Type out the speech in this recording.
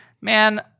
Man